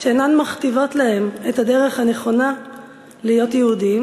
שאינן מכתיבות להם את הדרך הנכונה להיות יהודים